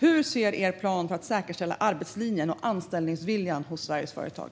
Hur ser er plan ut för att säkerställa arbetslinjen och anställningsviljan hos Sveriges företag?